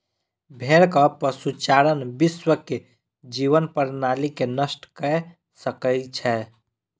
भेड़क पशुचारण विश्व के जीवन प्रणाली के नष्ट कय सकै छै